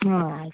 ಹಾಂ